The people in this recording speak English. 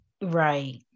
Right